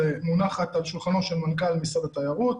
מונחת על שולחנו של מנכ"ל משרד התיירות.